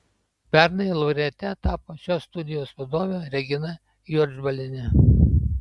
pernai laureate tapo šios studijos vadovė regina juodžbalienė